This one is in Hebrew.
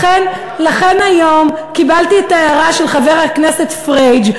לכן היום קיבלתי את ההערה של חבר הכנסת פריג'.